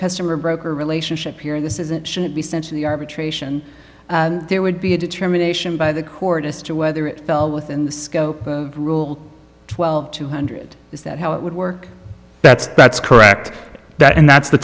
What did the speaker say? customer broker relationship here in this is it shouldn't be sent to the arbitration and there would be a determination by the court as to whether it fell within the scope rule twelve two hundred is that how it would work that's that's correct that and that's the